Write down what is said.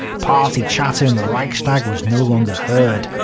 party chatter in the reichstag was no longer heard.